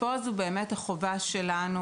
החובה שלנו,